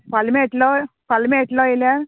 फाल्यां मेळट्लो फाल्यां मेळट्लो येयल्यार